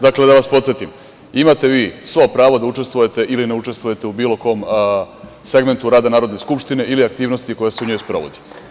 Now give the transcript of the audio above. Dakle, da vas podsetim, imate vi svo pravo da učestvujete ili ne učestvujete u bilo kom segmentu rada Narodne skupštine ili aktivnosti koja se u njoj sprovodi.